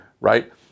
right